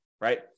right